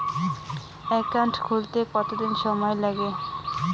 Account খুলতে কতদিন সময় লাগে?